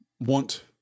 want